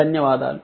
ధన్యవాదాలు